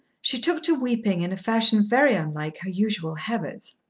she took to weeping in a fashion very unlike her usual habits.